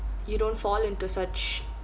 you don't fall into such